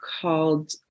called